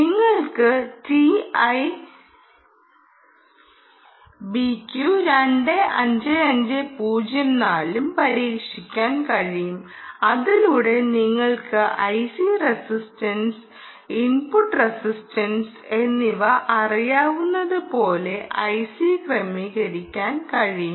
നിങ്ങൾക്ക് TI BQ 25504ും പരീക്ഷിക്കാൻ കഴിയും അതിലൂടെ നിങ്ങൾക്ക് ഐസി റസിസ്റ്റൻസ് ഇൻപുട്ട് റസിസ്റ്റൻസ് എന്നിവ അറിയാവുന്നതുപോലെ ഐസി ക്രമീകരിക്കാൻ കഴിയും